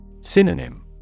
Synonym